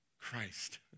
Christ